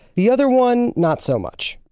the other one, not so much.